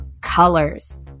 colors